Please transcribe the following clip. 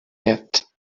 yet